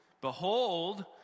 behold